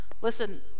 Listen